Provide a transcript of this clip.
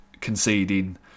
conceding